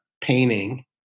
painting